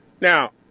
Now